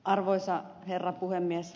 arvoisa herra puhemies